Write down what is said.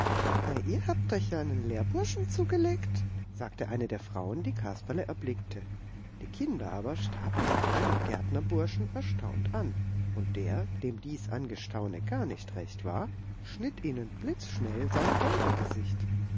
ihr habt euch ja einen lehrburschen zugelegt sagte die eine der frauen die kasperle erblickte die kinder aber starrten den kleinen gärtnerburschen erstaunt an und der dem dies angestaune gar nicht recht war schnitt ihnen blitzschnell sein